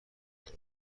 برای